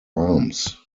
arms